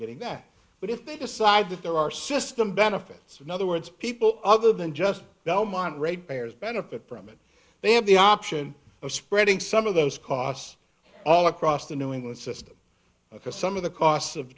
getting that but if they decide that there are system benefits in other words people other than just belmont rate payers benefit from it they have the option of spreading some of those costs all across the new england system because some of the costs of